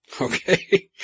Okay